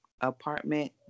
apartment